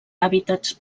hàbitats